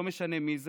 לא משנה מי זה,